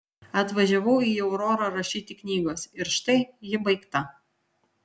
atvažiavau į aurorą rašyti knygos ir štai ji baigta